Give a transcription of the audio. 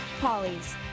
Polly's